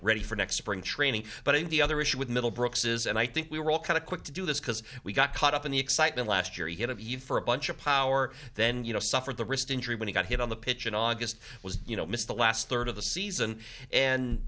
ready for next spring training but on the other issue with middlebrooks is and i think we were all kind of quick to do this because we got caught up in the excitement last year he interviewed for a bunch of power then you know suffered the wrist injury when he got hit on the pitch in august was you know missed the last third of the season and